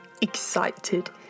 excited